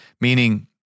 Meaning